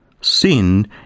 Sin